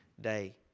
day